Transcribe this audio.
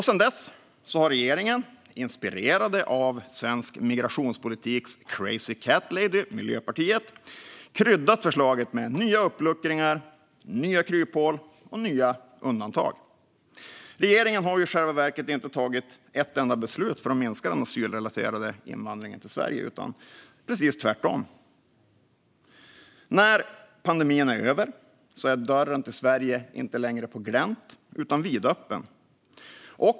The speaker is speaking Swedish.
Sedan dess har regeringen, inspirerade av svensk migrationspolitiks crazy cat lady Miljöpartiet, kryddat förslaget med nya uppluckringar, nya kryphål och nya undantag. Regeringen har i själva verket inte tagit ett enda beslut för att minska den asylrelaterade invandringen till Sverige utan gjort precis tvärtom. När pandemin är över står dörren till Sverige inte längre på glänt utan är vidöppen.